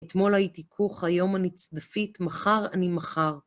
אתמול הייתי כוך, היום אני צדפית, מחר אני מחר.